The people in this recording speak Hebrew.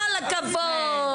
כל הכבוד.